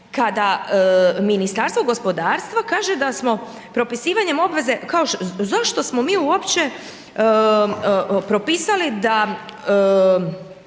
kada Ministarstvo gospodarstva kaže da smo propisivanjem obveze, kao zašto smo mi uopće propisali da